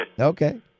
Okay